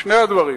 שני הדברים,